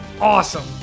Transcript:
awesome